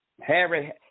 Harry